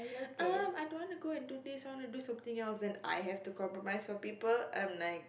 I don't want to go and do this I want to do something else then I have to compromise for people I'm like